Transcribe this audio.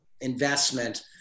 investment